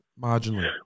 marginally